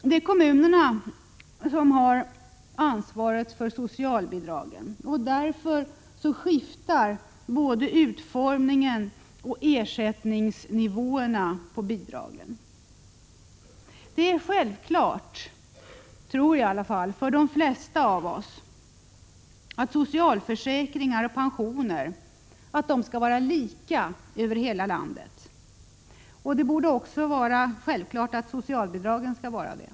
Det är kommunerna som har ansvaret för socialbidragen. Därför skiftar både bidragens utformning och ersättningsnivåerna. Det är säkert självklart för de flesta av oss att socialförsäkringar och pensioner skall vara lika över hela landet. Det borde också vara självklart att socialbidragen skall vara det.